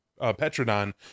Petrodon